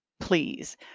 please